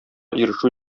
ирешү